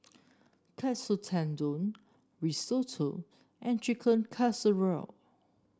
Katsu Tendon Risotto and Chicken Casserole